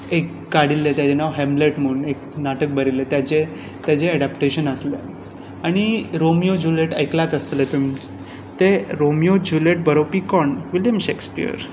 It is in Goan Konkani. एक काडिल्लें तेजें नांव हॅमलेट म्हणून एक नाटक बरयिल्लें ताचें ताचें एडाप्टेशन आसलें आनी रोमियो जुलियेट आयकलाच आसतलें तुमी तें रोमियो जुलियेट बरोवपी कोण विलियम शॅक्सपियर